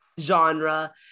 genre